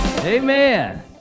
Amen